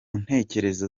ntekerezo